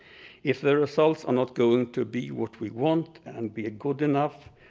if the results are not going to be what we want and be good enough,